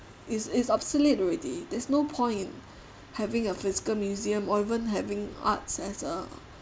is is obsolete already there's no point having a physical museum or even having arts as a